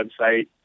website